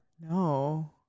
No